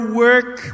work